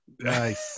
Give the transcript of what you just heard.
Nice